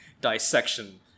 dissection